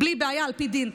בלי בעיה, על פי דין.